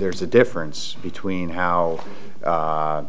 there's a difference between how